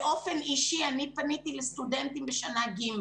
באופן אישי אני פניתי לסטודנטים בשנה ג'.